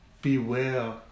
Beware